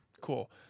cool